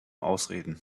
ausreden